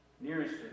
nearest